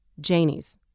Janie's